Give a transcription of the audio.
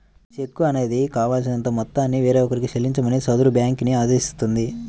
చెక్కు అనేది కావాల్సినంత మొత్తాన్ని వేరొకరికి చెల్లించమని సదరు బ్యేంకుని ఆదేశిస్తుంది